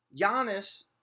Giannis